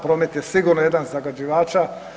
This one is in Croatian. Promet je sigurno jedan od zagađivača.